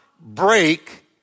break